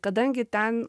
kadangi ten